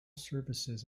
services